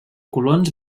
colons